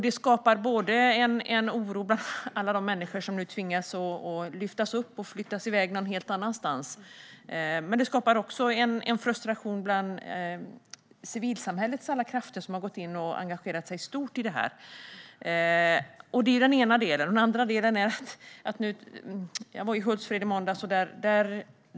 Det skapar en oro bland alla de människor som nu tvingas iväg och ska flyttas någon helt annanstans. Men det skapar också en frustration bland civilsamhällets alla krafter, som har gått in och engagerat sig stort. Det är den ena delen. Den andra delen gäller Hultsfred, där jag var i måndags.